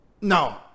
No